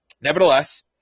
Nevertheless